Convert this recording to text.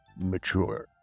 Mature